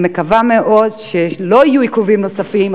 אני מקווה מאוד שלא יהיו עיכובים נוספים,